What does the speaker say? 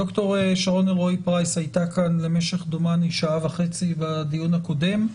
ד"ר שרון אלרועי פרייס הייתה כאן למשך דומני שעה וחצי בדיון הקודם,